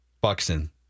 Buxton